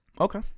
Okay